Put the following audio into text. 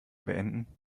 beenden